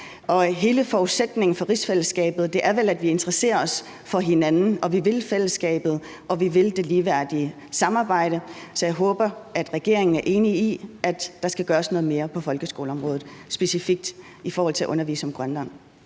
Hele forudsætningen for rigsfællesskabet er vel, at vi interesserer os for hinanden, at vi vil fællesskabet, og at vi vil det ligeværdige samarbejde. Så jeg håber, at regeringen er enig i, at der skal gøres noget mere på folkeskoleområdet, specifikt i forhold til at der er undervisning om Grønland